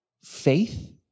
faith